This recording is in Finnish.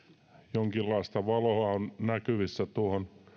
jonkinlaista valoa on näkyvissä tuohon